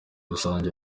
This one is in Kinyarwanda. rusange